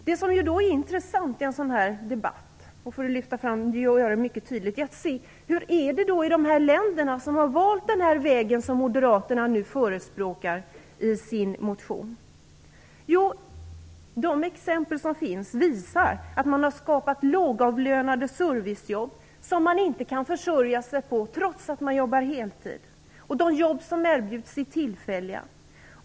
Det som är intressant i en sådan här debatt - jag vill lyfta fram det tydligt - är att se hur det är i de länder som har valt den väg som Moderaterna nu förespråkar i sin motion. De exempel som finns visar att det där har skapats lågavlönade servicejobb som man inte kan försörja sig på trots att man jobbar heltid. De jobb som erbjuds är tillfälliga.